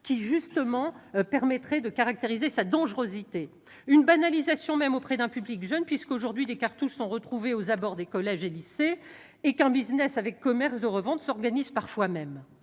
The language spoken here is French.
que cela permettrait de caractériser sa dangerosité. Ensuite, la banalisation même de ce produit auprès d'un public jeune est en cours, puisqu'aujourd'hui des cartouches sont retrouvées aux abords des collèges et lycées et qu'un business avec commerce de revente s'organise parfois.